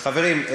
חברים,